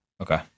Okay